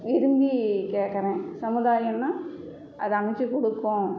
விரும்பி கேக்கிறேன் சமுதாயம்னா அது அமைச்சி கொடுக்கும்